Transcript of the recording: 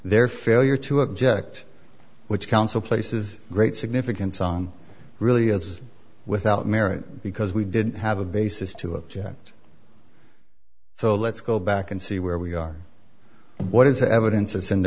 their failure to object which counsel places great significance on really is without merit because we didn't have a basis to object so let's go back and see where we are and what is the evidence